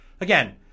Again